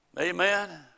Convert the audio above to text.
Amen